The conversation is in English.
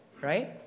right